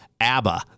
ABBA